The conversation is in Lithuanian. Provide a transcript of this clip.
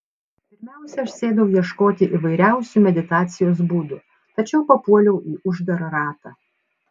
pirmiausia aš sėdau ieškoti įvairiausių meditacijos būdų tačiau papuoliau į uždarą ratą